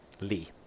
Lee